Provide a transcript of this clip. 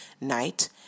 night